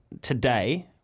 today